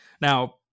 Now